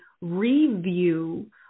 review